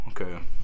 okay